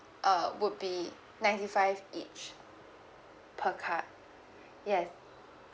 uh would be ninety five each per card yes